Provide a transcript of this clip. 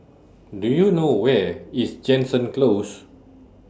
Do YOU know Where IS Jansen Close